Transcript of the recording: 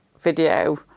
video